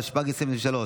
התשפ"ג 2023,